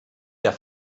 der